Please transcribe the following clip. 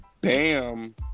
Bam